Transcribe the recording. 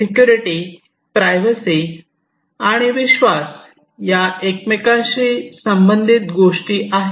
security privacy आणि विश्वास या एकमेकांशी संबंधित गोष्टी आहे